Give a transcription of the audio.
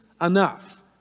enough